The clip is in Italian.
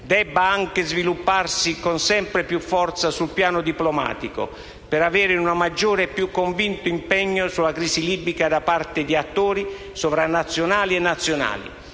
debba anche svilupparsi con sempre più forza sul piano diplomatico per avere un maggiore e più convinto impegno sulla crisi libica da parte di attori, sovranazionali e nazionali,